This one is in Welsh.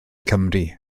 cymru